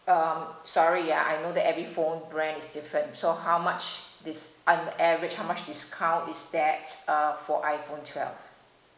um sorry ah I know that every phone brand is different so how much dis~ on average how much discount is that uh for iphone twelve